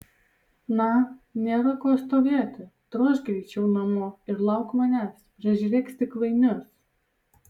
na nėra ko stovėti drožk greičiau namo ir lauk manęs prižiūrėk stiklainius